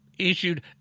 issued